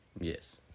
yes